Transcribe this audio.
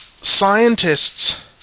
scientists